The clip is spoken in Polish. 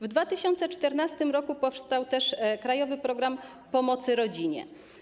W 2014 r. powstał też krajowy program pomocy rodzinie.